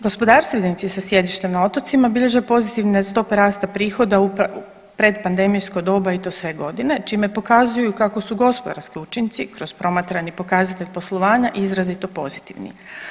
Gospodarstvenici sa sjedištem na otocima bilježe pozitivne stope rasta prihoda u predpandemijsko doba i to sve godine, čime pokazuju kako su gospodarski učinci kroz promatrani pokazatelj poslovanja izrazito pozitivni.